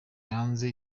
yasanze